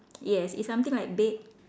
yes it's something like beige